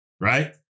right